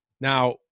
Now